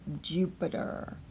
Jupiter